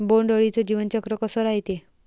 बोंड अळीचं जीवनचक्र कस रायते?